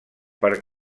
per